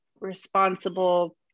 responsible